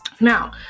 Now